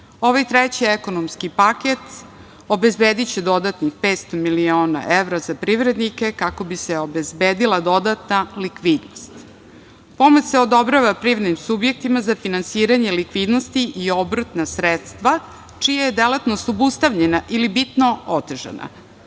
treći ekonomski paket obezbediće dodatnih 500 miliona evra za privrednike, kako bi se obezbedila dodatna likvidnost. Pomoć se odobrava privrednim subjektima za finansiranje likvidnosti i obrtna sredstva čija je delatnost obustavljena ili bitno otežana.